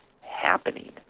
happening